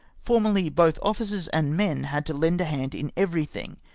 formerly, both officers and men had to lend a hand in everything,